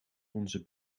onze